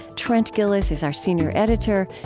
trent gilliss is our senior editor.